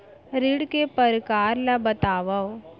ऋण के परकार ल बतावव?